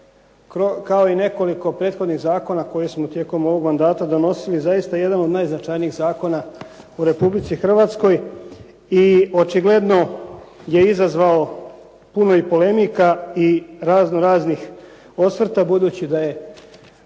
kao i nekoliko prethodnih zakona koje smo tijekom ovog mandata donosili zaista jedan od najznačajnijih zakona u RH i očigledno je izazvao puno i polemika i raznoraznih osvrta budući da je